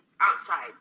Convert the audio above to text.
outside